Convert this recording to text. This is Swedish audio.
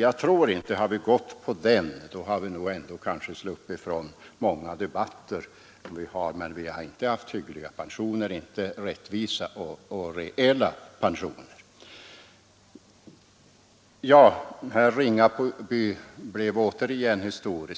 Ja, hade vi gått på den linjen, så hade vi kanske sluppit ifrån många debatter, men inte hade vi haft några hyggliga, rättvisa och rejäla pensioner. Sedan gick herr Ringaby åter tillbaka till historien